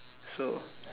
so